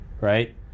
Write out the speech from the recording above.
Right